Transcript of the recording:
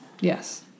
Yes